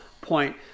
point